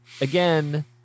Again